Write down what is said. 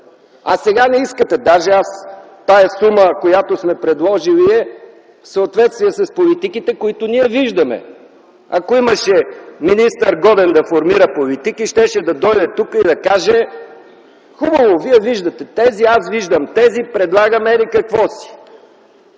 а сега не искате?! Даже тази сума, която сме предложили, е в съответствие с политиките, които ние виждаме. Ако имаше министър, годен да формира политики, щеше да дойде тук и да каже „Хубаво, Вие виждате тези, аз виждам тези – предлагам еди-какво си”.